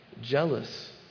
Jealous